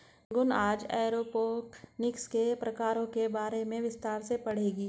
गुनगुन आज एरोपोनिक्स के प्रकारों के बारे में विस्तार से पढ़ेगी